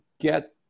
get